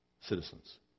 citizens